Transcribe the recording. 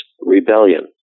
rebellion